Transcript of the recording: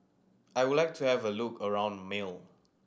I would like to have a look around Male